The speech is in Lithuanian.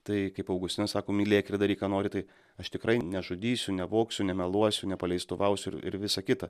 tai kaip augustinas sako mylėk ir daryk ką nori tai aš tikrai nežudysiu nevogsiu nemeluosiu nepaleistuvausiu ir ir visa kita